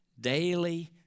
daily